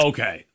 Okay